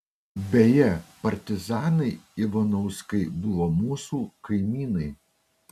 beje partizanai ivanauskai buvo mūsų kaimynai